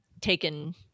taken